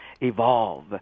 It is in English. evolve